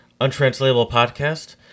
untranslatablepodcast